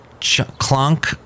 Clunk